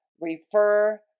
refer